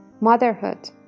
motherhood